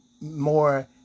more